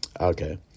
Okay